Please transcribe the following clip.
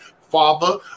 father